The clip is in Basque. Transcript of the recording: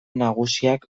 nagusiak